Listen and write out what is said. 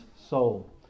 soul